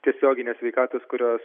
tiesioginės sveikatos kurios